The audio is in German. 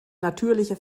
natürliche